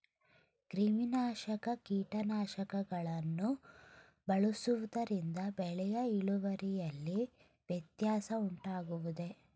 ಕ್ರಿಮಿನಾಶಕ ಕೀಟನಾಶಕಗಳನ್ನು ಬಳಸುವುದರಿಂದ ಬೆಳೆಯ ಇಳುವರಿಯಲ್ಲಿ ವ್ಯತ್ಯಾಸ ಉಂಟಾಗುವುದೇ?